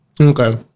Okay